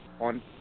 on